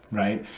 right?